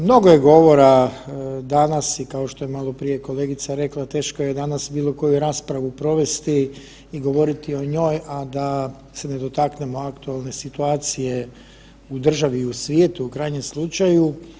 Mnogo je govora danas i kao što je maloprije i kolegica rekla teško je danas bilo koju raspravu provesti i govoriti o njoj, a da se ne dotaknemo aktualne situacije u državi i u svijetu u krajnjem slučaju.